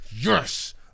yes